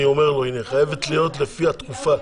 אני אומר לו, היא חייבת להיות לפי התקופה.